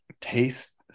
taste